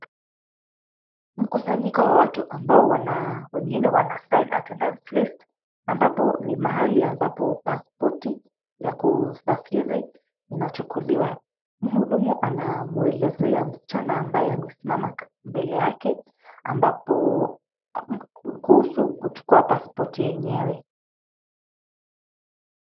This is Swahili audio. Mkusanyiko wa watu ambao wengine wanasign attendance list ambapo ni mahali ambapo pasipoti ya kusafiri zinachukuliwa. Mhudumu anamuelezea msichana ambaye amesimama mbele yake ambapo, kuhusu kuchukua pasipoti yenyewe.